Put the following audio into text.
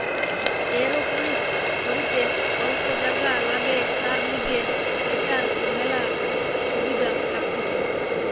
aeroponics করিতে অল্প জাগা লাগে, তার লিগে এটার মেলা সুবিধা থাকতিছে